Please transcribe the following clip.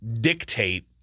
dictate